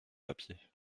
papier